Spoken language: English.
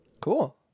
Cool